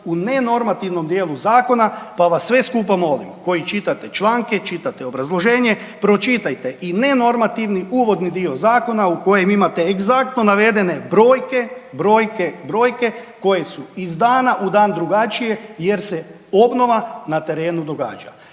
u nenormativnom dijelu zakona, pa vas sve skupa molim, koji čitate članke, čitate obrazloženje, pročitajte i nenormativni uvodni dio Zakona u kojem imate egzaktno navedene brojke, brojke, brojke, koje su iz dana u dan drugačije, jer se obnova na terenu događa.